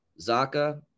Zaka